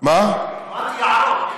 אמרתי יערות.